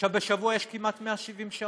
עכשיו, בשבוע יש כמעט 170 שעות.